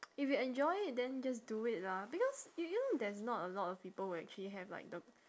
if you enjoy it then just do it lah because you you know there's not a lot of people who actually have like the